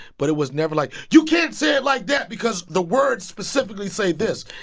but it was never like, you can't say it like that because the words specifically say this,